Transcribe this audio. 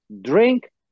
drink